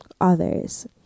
others